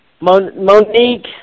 Monique